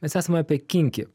mes esam apie kinki